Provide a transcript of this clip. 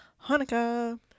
Hanukkah